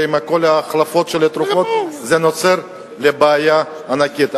ועם כל ההחלפות של התרופות נוצרת בעיה ענקית.